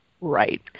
Right